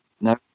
No